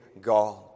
God